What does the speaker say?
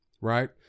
right